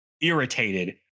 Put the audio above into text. irritated